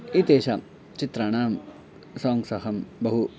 एतेषां चित्राणां साङ्ग्स् अहं बहु